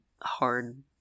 hard